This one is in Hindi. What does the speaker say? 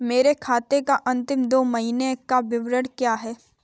मेरे खाते का अंतिम दो महीने का विवरण क्या है?